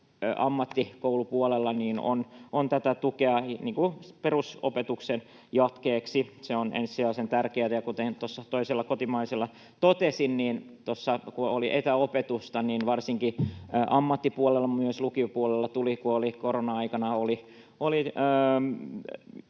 ammattikoulupuolella on tätä tukea perusopetuksen jatkeeksi. Se on ensisijaisen tärkeätä. Ja kuten tuossa toisella kotimaisella totesin, että korona-aikana kun oli etäopetusta, niin varsinkin ammattipuolella mutta myös lukiopuolella tuli perusosaamisessa,